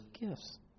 gifts